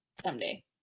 someday